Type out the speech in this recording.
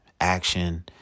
action